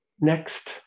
next